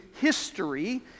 history